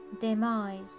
demise